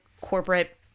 corporate